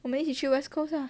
我们一起去 west coast ah